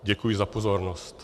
Děkuji za pozornost.